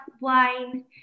wine